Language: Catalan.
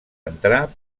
entrar